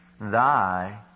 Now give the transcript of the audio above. thy